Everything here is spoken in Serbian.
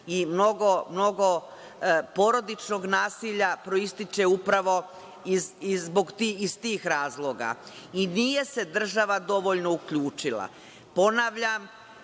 i mnogo porodičnog nasilja proističe upravo iz tih razloga. I nije se država dovoljno uključila. Ponavljam,